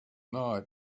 night